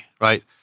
right